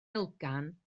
elgan